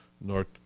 North